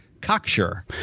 cocksure